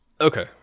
okay